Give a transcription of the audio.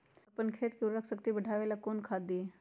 अपन खेत के उर्वरक शक्ति बढावेला कौन खाद दीये?